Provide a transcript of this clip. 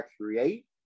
create